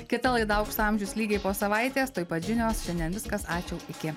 kita laida aukso amžius lygiai po savaitės tuoj pat žinios šiandien viskas ačiū iki